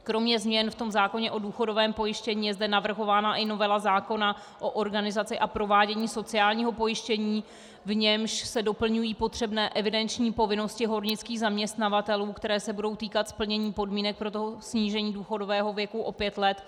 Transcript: Kromě změn v zákoně o důchodovém pojištění je zde navrhována i novela zákona o organizaci a provádění sociálního pojištění, v němž se doplňují potřebné evidenční povinnosti hornických zaměstnavatelů, které se budou týkat splnění podmínek pro snížení důchodového věku o pět let.